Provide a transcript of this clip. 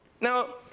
Now